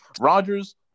Rodgers